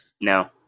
No